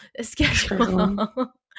schedule